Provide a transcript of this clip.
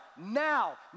now